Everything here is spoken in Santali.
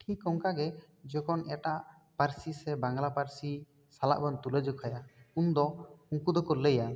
ᱴᱷᱤᱠ ᱚᱱᱠᱟ ᱜᱮ ᱡᱚᱠᱷᱚᱱ ᱮᱴᱟᱜ ᱯᱟᱹᱨᱥᱤ ᱥᱮ ᱵᱟᱝᱞᱟ ᱯᱟᱹᱨᱥᱤ ᱥᱟᱞᱟᱜ ᱵᱚᱱ ᱛᱩᱞᱟᱹ ᱡᱚᱠᱷᱟᱭᱟ ᱩᱱ ᱫᱚ ᱩᱱᱠᱩ ᱫᱚᱠᱚ ᱞᱟᱹᱭᱟ